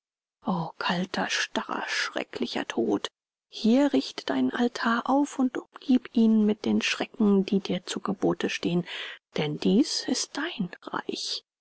o kalter starrer schrecklicher tod hier richte deinen altar auf und umgieb ihn mit den schrecken die dir zu gebote stehen denn dies ist dein reich